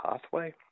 pathway